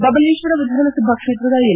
ಬಬಲೇಶ್ವರ ವಿಧಾನಸಭಾ ಕ್ಷೇತ್ರದ ಎಂ